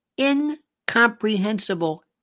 incomprehensible